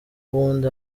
ubundi